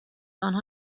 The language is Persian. آنها